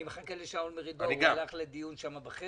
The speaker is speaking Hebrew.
אני מחכה לשאול מרידור, הוא הלך לדיון שם בחדר.